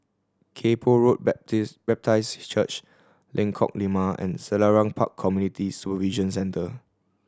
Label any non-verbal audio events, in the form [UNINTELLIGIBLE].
Kay Poh Road [UNINTELLIGIBLE] Baptist Church Lengkok Lima and Selarang Park Community Supervision Centre